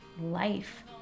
Life